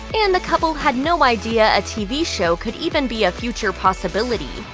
and the couple had no idea a tv show could even be a future possibility.